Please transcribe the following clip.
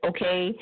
Okay